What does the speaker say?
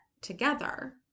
together